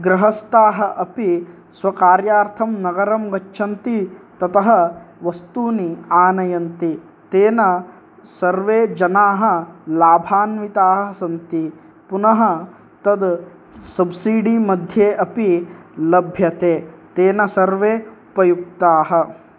गृहस्ताः अपि स्वकार्यार्थं नगरं गच्छन्ति ततः वस्तूनि आनयन्ति तेन सर्वे जनाः लाभान्विताः सन्ति पुनः तद् सब्सिडि मध्ये अपि लभ्यते तेन सर्वे उपयुक्ताः